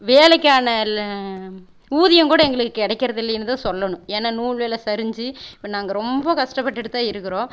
வேலைக்கான இல்லை ஊதியம் கூட எங்களுக்கு கிடைக்கிறதில்லேன்னு தான் சொல்லணும் ஏன்னால் நூல் வில சரிஞ்சு இப்போ நாங்கள் ரொம்ப கஷ்டப்பட்டுட்டு தான் இருக்கிறோம்